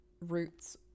roots